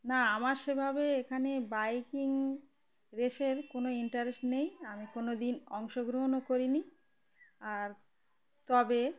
আমার সেভাবে এখানে বাইকিং রেসের কোনো ইন্টারেস্ট নেই আমি কোনো দিন অংশগ্রহণও করিনি আর তবে